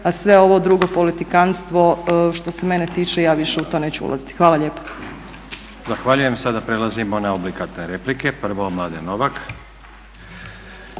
a sve ovo drugo politikantstvo što se mene tiče ja više u to neću ulaziti. Hvala lijepa. **Stazić, Nenad (SDP)** Zahvaljujem. Sada prelazimo na oblikatne replike. Prvo Mladen Novak.